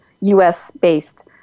US-based